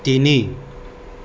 তিনি